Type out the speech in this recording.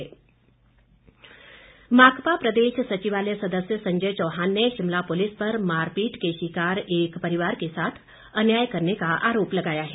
माकपा माकपा प्रदेश सचिवालय सदस्य संजय चौहान ने शिमला पुलिस पर मारपीट के शिकार एक परिवार के साथ अन्याय करने का आरोप लगाया है